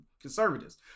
Conservatives